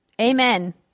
Amen